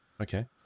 Okay